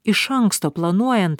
iš anksto planuojant